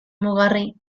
mugarri